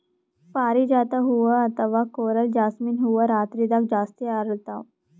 ಪಾರಿಜಾತ ಹೂವಾ ಅಥವಾ ಕೊರಲ್ ಜಾಸ್ಮಿನ್ ಹೂವಾ ರಾತ್ರಿದಾಗ್ ಜಾಸ್ತಿ ಅರಳ್ತಾವ